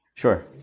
Sure